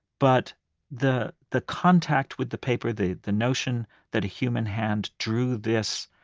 but the the contact with the paper, the the notion that a human hand drew this,